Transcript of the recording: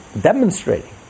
demonstrating